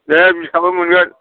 दे बिखाबो मोनगोन